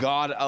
God